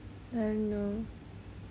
I don't know